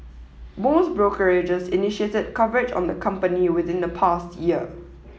most brokerages initiated coverage on the company within the past year